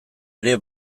ere